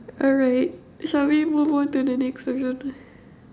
alright should we move on to the next question